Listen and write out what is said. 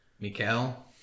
Mikael